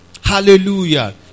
Hallelujah